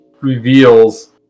reveals